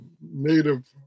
Native